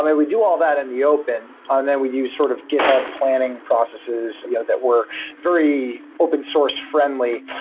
and we do all that in the open and then we use sort of github planning processes you know that were very open sourced friendly,